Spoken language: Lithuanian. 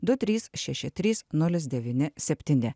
du trys šeši trys nulis devyni septyni